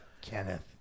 Kenneth